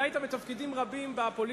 היית בתפקידים רבים בפוליטיקה,